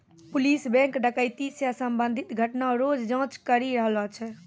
police bank डकैती से संबंधित घटना रो जांच करी रहलो छै